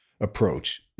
approach